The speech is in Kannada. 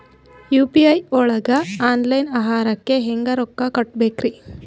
ಯು.ಪಿ.ಐ ಒಳಗ ಆನ್ಲೈನ್ ಆಹಾರಕ್ಕೆ ಹೆಂಗ್ ರೊಕ್ಕ ಕೊಡಬೇಕ್ರಿ?